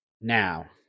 Now